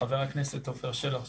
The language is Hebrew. חבר הכנסת עפר שלח,